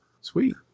Sweet